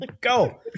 Go